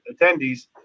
attendees